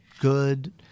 good